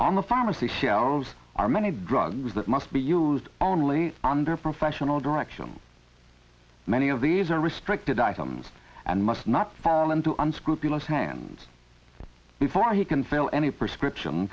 on the pharmacy shelves are many drugs that must be used only under professional direction many of these are restricted items and must not fall into unscrupulous hand before you can sell any prescription